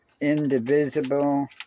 indivisible